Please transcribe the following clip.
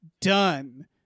done